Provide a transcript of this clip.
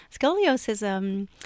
Scoliosis